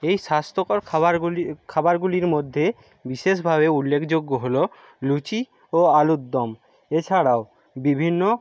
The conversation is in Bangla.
এই স্বাস্ত্যকর খাবারগুলি খাবারগুলির মধ্যে বিশেষভাবে উল্লেখযোগ্য হলো লুচি ও আলুর দম এছাড়াও বিভিন্ন